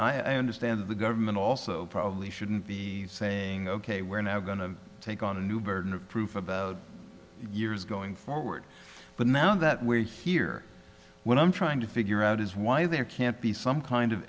i understand the government also probably shouldn't be saying ok we're now going to take on a new burden of proof of years going forward but now that where you hear what i'm trying to figure out is why there can't be some kind of